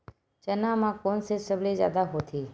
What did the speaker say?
चना म कोन से सबले जादा होथे?